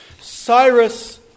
Cyrus